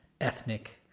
ethnic